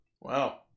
Wow